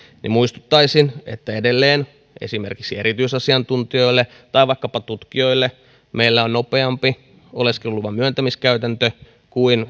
muistuttaisin että edelleen esimerkiksi erityisasiantuntijoille tai vaikkapa tutkijoille meillä on nopeampi oleskeluluvan myöntämiskäytäntö kuin